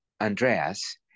Andreas